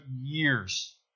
years